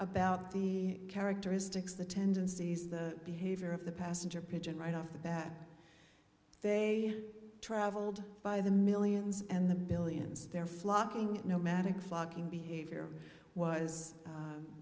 about the characteristics the tendencies the behavior of the passenger pigeon right off the bat they traveled by the millions and the billions they're flocking nomadic flocking behavior was